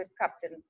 Captain